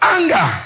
Anger